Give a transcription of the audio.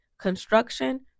construction